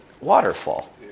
waterfall